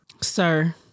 sir